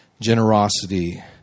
generosity